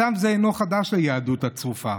מצב זה אינו חדש ליהדות הצרופה.